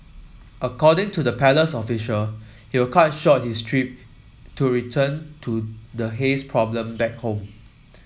according to the palace official he will cut short his trip to return to the haze problem back home